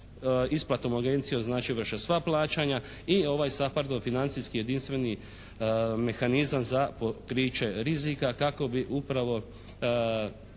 isplatnom agencijom vrše sva plaćanja i ovaj SAPARD-ov financijski, jedinstveni mehanizam za pokriće rizika kako bi upravo